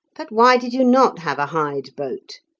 but why did you not have a hide boat?